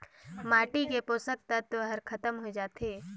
माटी के पोसक तत्व हर खतम होए जाथे